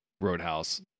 Roadhouse